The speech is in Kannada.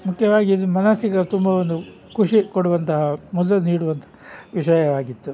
ಮುಖ್ಯವಾಗಿ ಇದು ಮನಸ್ಸಿಗೆ ತುಂಬ ಒಂದು ಖುಷಿ ಕೊಡುವಂತಹ ಮುದ ನೀಡುವಂಥ ವಿಷಯವಾಗಿತ್ತು